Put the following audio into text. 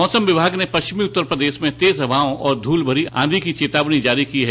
मौसम विभाग ने पश्चिमी उत्तर प्रदेश मैं तेज हवाओं और धूल भरी आंधी की चेतावनी जारी की है